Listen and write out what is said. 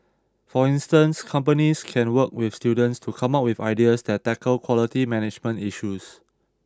for instance companies can work with students to come up with ideas that tackle quality management issues